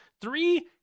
Three